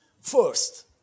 First